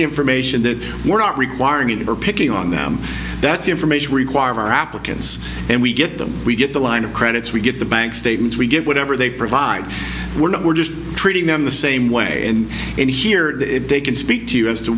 information that we're not requiring you to are picking on them that's the information required are applicants and we get them we get the line of credits we get the bank statements we get whatever they provide we're not we're just treating them the same way and here they can speak to you as to